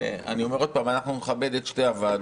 אני אומר עוד פעם, אנחנו נכבד את שתי הוועדות.